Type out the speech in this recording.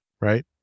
right